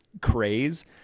craze